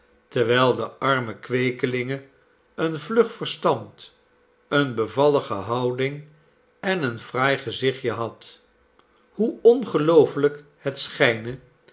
terwijl de arme kweekelinge een vlug verstand eene bevallige houding en een fraai gezichtje had hoe ongeloofelijk het